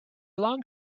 long